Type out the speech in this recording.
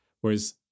whereas